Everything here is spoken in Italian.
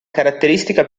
caratteristica